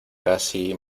casi